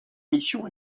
mission